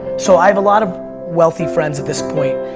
so i have a lot of wealthy friends, at this point,